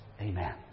Amen